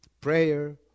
prayer